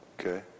Okay